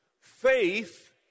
Faith